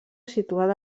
situada